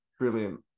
brilliant